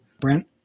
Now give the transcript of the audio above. Brent